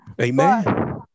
Amen